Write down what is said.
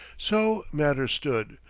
so matters stood,